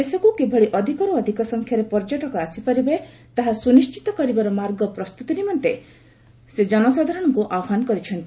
ଦେଶକୁ କିଭଳି ଅଧିକରୁ ଅଧିକ ସଂଖ୍ୟାରେ ପର୍ଯ୍ୟଟକ ଆସିପାରିବେ ତାହା ସୁନିଶ୍ଚିତ କରିବାର ମାର୍ଗ ପ୍ରସ୍ତୁତି ନିମନ୍ତେ ସେ ଜନସାଧାରଣଙ୍କୁ ଆହ୍ପାନ କରିଛନ୍ତି